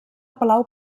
palau